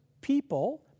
people